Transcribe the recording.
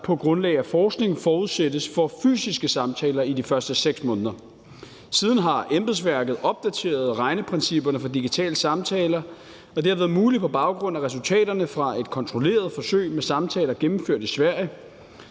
på grundlag af forskning forudsættes for fysiske samtaler i de første 6 måneder. Siden har embedsværket opdateret regneprincipperne for digitale samtaler, og det har været muligt på baggrund af resultaterne fra et kontrolleret forsøg med samtaler gennemført i Sverige.